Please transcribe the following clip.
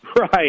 Right